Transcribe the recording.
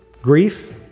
grief